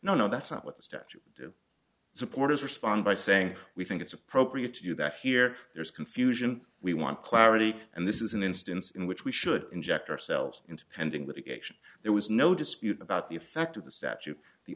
no no that's not what the statute supporters respond by saying we think it's appropriate to do that here there's confusion we want clarity and this is an instance in which we should inject ourselves into pending litigation there was no dispute about the effect of the statute the